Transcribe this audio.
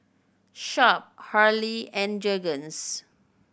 Sharp Hurley and Jergens